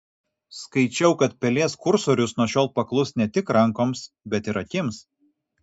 skaičiau kad pelės kursorius nuo šiol paklus ne tik rankoms bet ir akims